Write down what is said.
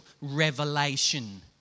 revelation